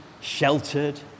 sheltered